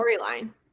storyline